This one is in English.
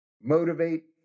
motivate